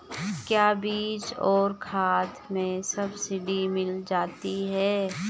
क्या बीज और खाद में सब्सिडी मिल जाती है?